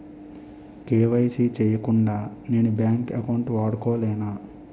KYC చేయకుండా నేను bank account వాడుకొలేన?